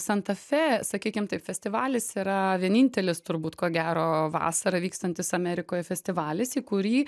santa fe sakykim taip festivalis yra vienintelis turbūt ko gero vasarą vykstantis amerikoje festivalis į kurį